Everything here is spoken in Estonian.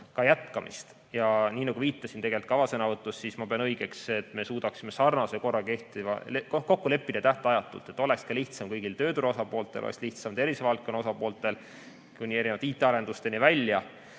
jätkamist. Nii nagu ma viitasin tegelikult ka avasõnavõtus, ma pean õigeks, et me suudaksime sarnase korra kokku leppida tähtajatult, et oleks lihtsam kõigil tööturu osapooltel, oleks lihtsam tervisevaldkonna osapooltel kuni erinevate IT-arendusteni välja.